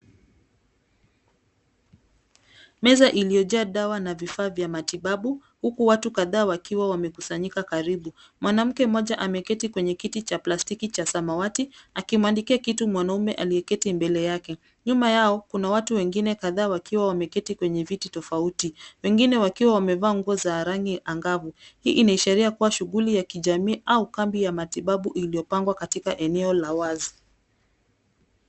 Meza iliyojaa dawa na vifaa vya matibabu huku watu kadhaa wakiwa wamekusanyika karibu. Mwanamke mmoja ameketi kwenye kiti cha plastiki cha samawati akimwandikia kitu mwanaume aliyeketi mbele yake. Nyuma yao kuna watu wengine kadhaa wakiwa wameketi kwenye viti tofauti wengine wakiwa wamevaa nguo za rangi angavu. Hii ni sheria kuwa shughuli ya kijamii au kambi ya matibabu iliyopangwa katika eneo la wazi.